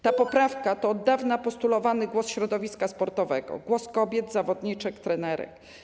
Ta poprawka to od dawna postulowany głos środowiska sportowego, głos kobiet, zawodniczek, trenerek.